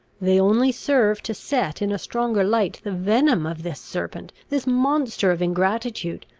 they only serve to set in a stronger light the venom of this serpent, this monster of ingratitude,